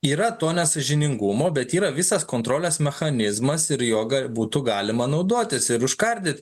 yra to nesąžiningumų bet yra visas kontrolės mechanizmas ir joga ir būtų galima naudotis ir užkardyt